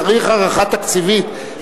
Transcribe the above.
צריך הערכה תקציבית,